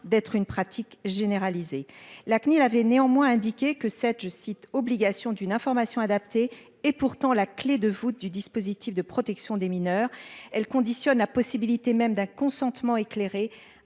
d'être une pratique généralisée. La CNIL avait néanmoins indiqué que cette je cite obligation d'une information adaptée et pourtant la clé de voûte du dispositif de protection des mineurs. Elle conditionne la possibilité même d'un consentement éclairé